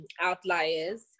Outliers